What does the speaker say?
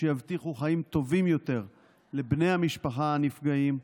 שיבטיחו חיים טובים יותר לבני המשפחה הנפגעים.